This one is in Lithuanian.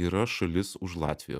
yra šalis už latvijos